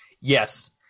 Yes